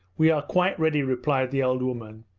we are quite ready replied the old woman,